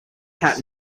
hat